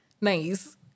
nice